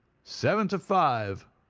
seven five!